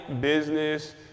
business